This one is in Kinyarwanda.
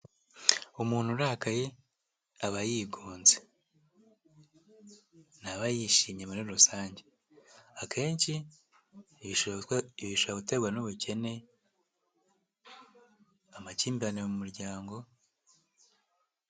Umuntu urakaye aba yigunze, ntaba yishimye muri rusange, akenshi ibi bishoboka guterwa n'ubukene, amakimbirane mu muryango.